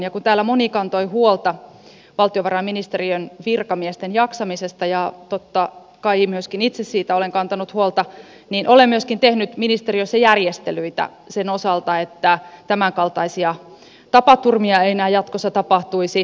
kun täällä moni kantoi huolta valtiovarainministeriön virkamiesten jaksamisesta ja totta kai myöskin itse siitä olen kantanut huolta niin olen myöskin tehnyt ministeriössä järjestelyitä sen osalta että tämän kaltaisia tapaturmia ei enää jatkossa tapahtuisi